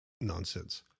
nonsense